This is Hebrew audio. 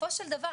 בסופו של דבר,